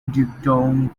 dukedom